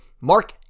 Mark